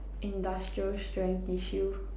industrial strength tissue